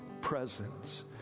presence